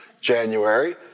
January